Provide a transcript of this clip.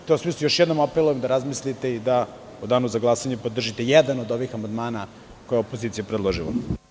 U tom smislu, još jednom apelujem da razmislite i da u Danu za glasanje podržite jedan od ovih amandmana koje je opozicija predložila.